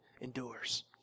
endures